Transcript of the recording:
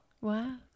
wow